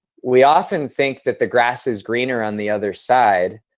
we often think that the grass is greener on the other side,